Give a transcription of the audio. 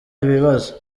ibibazo